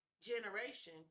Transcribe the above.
generation